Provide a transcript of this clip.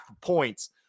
points